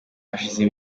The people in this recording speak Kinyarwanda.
hashize